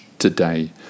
today